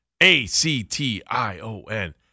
A-C-T-I-O-N